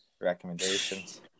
recommendations